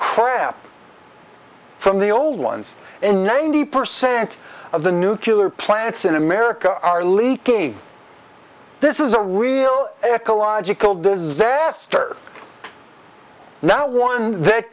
crap from the old ones and ninety percent of the nucular plants in america are leaky this is a real ecological disaster now one that